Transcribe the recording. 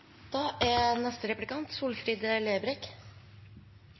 Da har representanten Solfrid Lerbrekk